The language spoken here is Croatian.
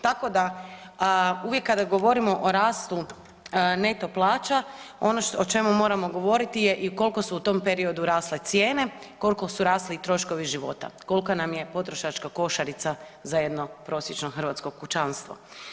Tako da uvijek kada govorimo o rastu neto plaća ono o čemu moramo govoriti je i koliko su u tom periodu rasle cijene, koliko su rasli troškovi života, kolika nam je potrošačka košarica za jedno prosječno hrvatsko kućanstvo.